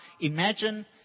imagine